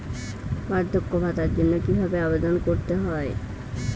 বার্ধক্য ভাতার জন্য কিভাবে আবেদন করতে হয়?